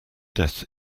death